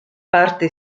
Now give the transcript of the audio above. parte